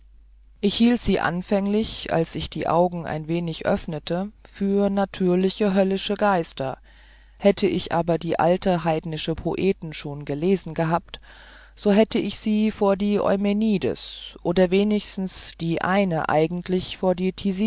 ich hielt sie anfänglich als ich die augen ein wenig öffnete vor natürliche höllische geister hätte ich aber die alte heidnische poeten schon gelesen gehabt so hätte ich sie vor die eumenides oder wenigst die eine eigentlich vor die